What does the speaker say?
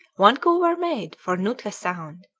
vancouver made for nootka sound,